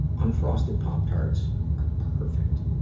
unfrosted pop tarts are perfect!